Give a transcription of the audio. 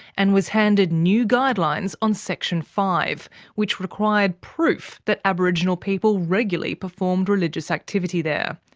and was handed new guidelines on section five which required proof that aboriginal people regularly performed religious activity there.